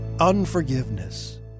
Unforgiveness